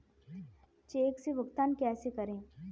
Check से भुगतान कैसे करें?